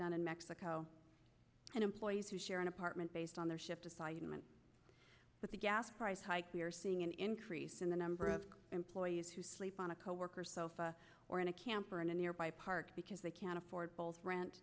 done in mexico and employees who share an apartment based on their shift assignment but the gas price hikes we're seeing an increase in the number of employees who sleep on a coworker sofa or in a camper in a nearby park because they can't afford both rent